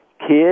kids